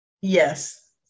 Yes